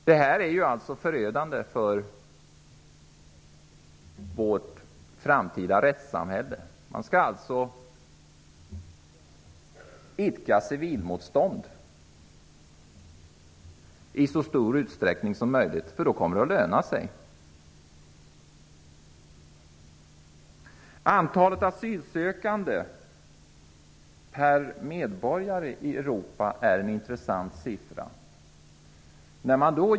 Detta är förödande för vårt framtida rättssamhälle. Man skall alltså göra civilmotstånd i så stor utsträckning som möjligt -- det lönar sig! Antalet asylsökande per medborgare i Europa är en intressant siffra.